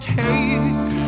take